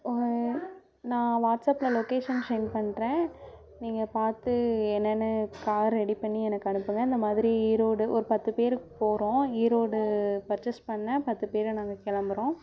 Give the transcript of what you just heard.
நான் வாட்ஸ்ஆப்பில் location sent பண்றேன் நீங்கள் பார்த்து என்னன்னு கார் ரெடி பண்ணி எனக்கு அனுப்புங்கள் நான் மதுரை ஈரோடு ஒரு பத்து பேருக்கு போகிறோம் ஈரோடு பர்சஸ் பண்ண பத்து பேர் நாங்கள் கிளம்புறோம்